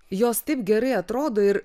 jos taip gerai atrodo ir